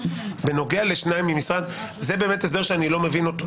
בנוגע לשניים ממשרד זה הסדר שאני לא מבין איתו.